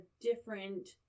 different